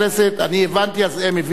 אני הבנתי, אז הם הבינו בטוח.